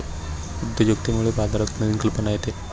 उद्योजकतेमुळे बाजारात नवीन कल्पना येते